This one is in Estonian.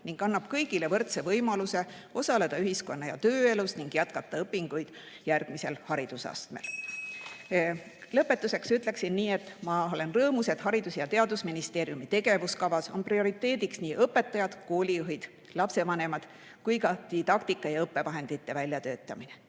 ning annab kõigile võrdse võimaluse osaleda ühiskonna- ja tööelus ning jätkata õpinguid järgmisel haridusastmel. Lõpetuseks ütleksin nii. Ma olen rõõmus, et Haridus- ja Teadusministeeriumi tegevuskavas on prioriteediks nii õpetajad, koolijuhid, lapsevanemad kui ka didaktika ja õppevahendite väljatöötamine.